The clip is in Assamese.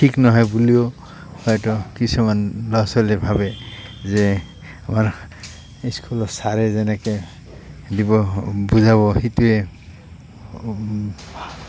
ঠিক নহয় বুলিও হয়তো কিছুমান ল'ৰা ছোৱালীয়ে ভাবে যে আমাৰ স্কুলত ছাৰে যেনেকৈ দিব বুজাব সেইটোৱে